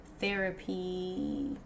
therapy